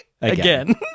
Again